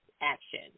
Action